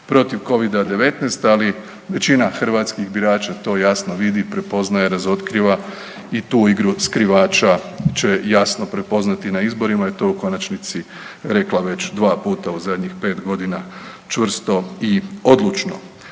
protiv Covida-19, ali većina hrvatskih birača to jasno vidi, prepoznaje, razotkriva i tu igru skrivača će jasno prepoznati na izborima i to u konačnici rekla već 2 puta u zadnjih 5 godina čvrsto i odlučno.